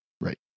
Right